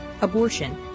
abortion